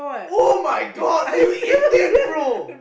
[oh]-my-god are you an Indian bro